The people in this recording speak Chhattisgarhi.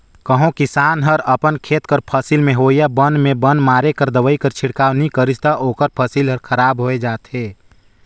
कहों किसान हर अपन खेत कर फसिल में होवइया बन में बन मारे कर दवई कर छिड़काव नी करिस ता ओकर फसिल हर खराब होए जाथे